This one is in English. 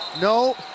no